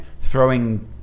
Throwing